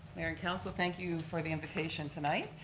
mayor and council, thank you for the invitation tonight.